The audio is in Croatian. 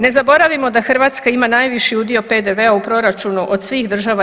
Ne zaboravimo da Hrvatska ima najviši udio PDV-a u proračunu od svih država EU.